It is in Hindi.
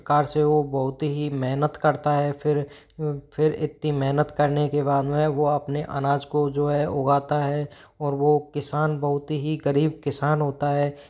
इस प्रकार से वह बहुत ही मेहनत करता है फिर फिर इतनी मेहनत करने के बाद में वो अपने अनाज को जो है उगाता है और वो किसान बहुत ही ग़रीब किसान होता है